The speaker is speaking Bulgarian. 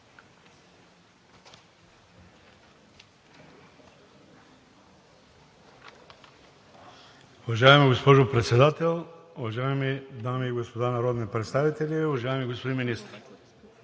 Уважаема госпожо Председател, уважаеми госпожи и господа народни представители, уважаеми господин Министър!